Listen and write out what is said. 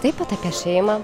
taip pat apie šeimą